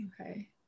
okay